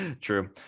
true